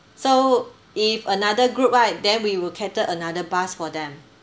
so if another group right then we will cater another bus for them